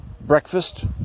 breakfast